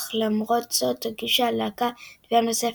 אך למרות זאת הגישה הלהקה תביעה נוספת,